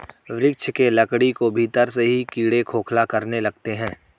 वृक्ष के लकड़ी को भीतर से ही कीड़े खोखला करने लगते हैं